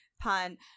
pun